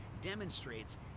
demonstrates